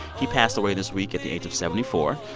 he passed away this week at the age of seventy four.